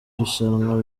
rushanwa